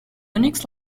unix